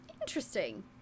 interesting